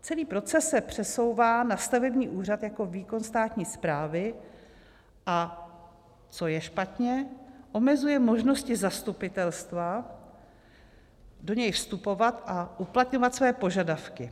Celý proces se přesouvá na stavební úřad jako výkon státní správy, a co je špatně, omezuje možnosti zastupitelstva do něj vstupovat a uplatňovat svoje požadavky.